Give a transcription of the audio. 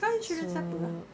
kau insurance apa ah